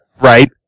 Right